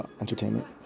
entertainment